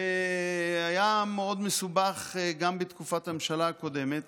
והיה מאוד מסובך, גם בתקופת הממשלה הקודמת